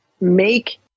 make